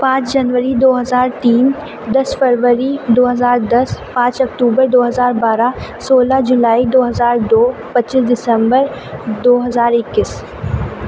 پانچ جنوری دو ہزار تین دس فروری دو ہزار دس پانچ اکتوبر دو ہزار بارہ سولہ جولائی دو ہزار دو پچیس دسمبر دو ہزار اکیس